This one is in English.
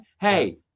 Hey